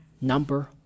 number